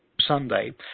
sunday